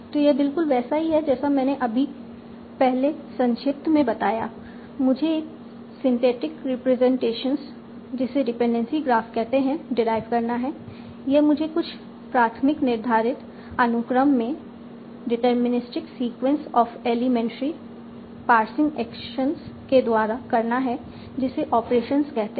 तो यह बिल्कुल वैसा ही है जैसा मैंने अभी पहले संक्षिप्त में बताया मुझे एक सिंटेक्टिक रिप्रेजेंटेशन जिसे डिपेंडेंसी ग्राफ कहते हैं डेराईव करना है यह मुझे कुछ प्राथमिक निर्धारित अनुक्रम में deterministic sequence of elementary parsing actions के द्वारा करना है जिसे ऑपरेशंस कहते हैं